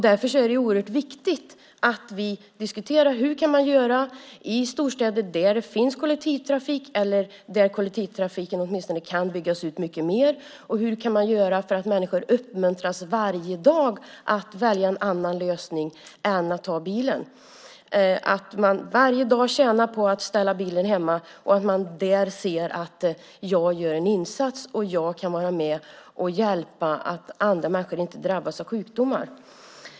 Därför är det oerhört viktigt att vi diskuterar hur man kan göra i storstäder där det finns kollektivtrafik eller där kollektivtrafiken kan byggas ut mycket mer. Hur kan man göra så att människor uppmuntras varje dag att välja en annan lösning än att ta bilen, att man varje dag tjänar på att ställa bilen hemma och att man då ser att man gör en insats och kan vara med och hjälpa till så att andra människor inte drabbas av sjukdomar?